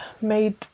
made